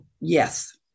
yes